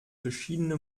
verschiedene